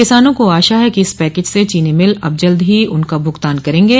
किसानों को आशा है कि इस पैकेज से चीनी मिल अब जल्द ही उनका भुगतान करेंगे